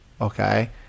Okay